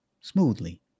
smoothly